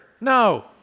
No